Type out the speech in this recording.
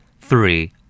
Three